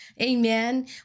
Amen